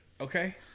Okay